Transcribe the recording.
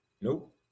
Nope